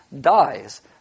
dies